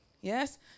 yes